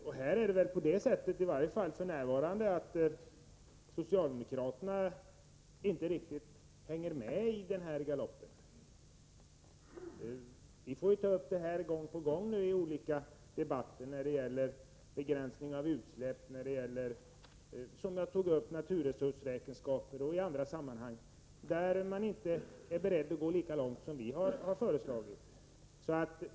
Det är väl åtminstone f.n. så att socialdemokraterna inte riktigt hänger medi galoppen. Vi får gång på gång i olika debatter ta upp begränsning av utsläppen, naturresurser, som jag nu tog upp, och annat, där man från socialdemokraterna inte är beredd att gå lika långt som vi.